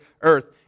earth